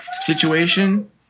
situation